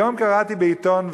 היום קראתי בעיתון,